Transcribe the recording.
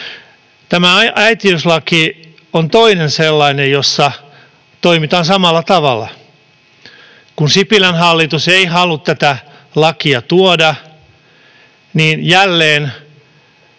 Tämä äitiyslaki on toinen sellainen, jossa toimitaan samalla tavalla. Kun Sipilän hallitus ei halua tätä lakia tuoda, niin jälleen